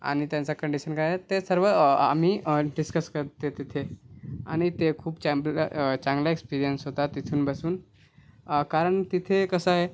आणि त्यांचा कंडिशन काय आहेत ते सर्व आम्ही डिस्कस करते तिथे आणि ते खूप चांग चांगले एक्सपीरिअन्स होता तिथून बसून कारण तिथे कसं आहे